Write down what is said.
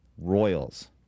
Royals